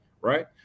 right